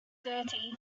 dirty